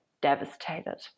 devastated